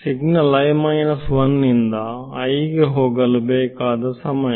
signal ಇಂದ ಗೆ ಹೋಗಲು ಬೇಕಾದ ಸಮಯ